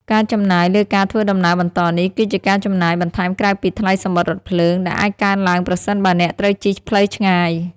ការចំណាយលើការធ្វើដំណើរបន្តនេះ គឺជាការចំណាយបន្ថែមក្រៅពីថ្លៃសំបុត្ររថភ្លើង ដែលអាចកើនឡើងប្រសិនបើអ្នកត្រូវជិះផ្លូវឆ្ងាយ។